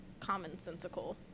commonsensical